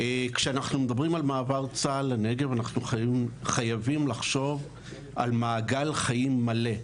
כשאנחנו מדברים על מעבר צה"ל לנגב אנחנו חייבים לחשוב על מעגל חיים מלא,